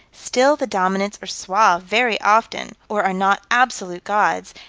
still the dominants are suave very often, or are not absolute gods,